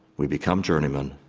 we become journeyman,